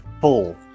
full